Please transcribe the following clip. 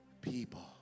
people